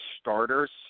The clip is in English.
starters